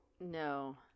No